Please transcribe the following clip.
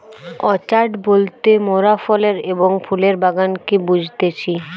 orchard বলতে মোরাফলের এবং ফুলের বাগানকে বুঝতেছি